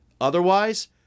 Otherwise